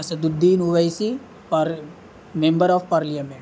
اسد الدین اویسی پار member of parliament